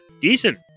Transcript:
decent